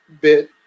bit